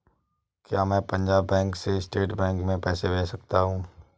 क्या मैं पंजाब बैंक से स्टेट बैंक में पैसे भेज सकता हूँ?